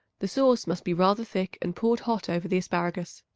the sauce must be rather thick and poured hot over the asparagus.